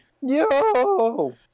Yo